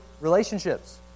relationships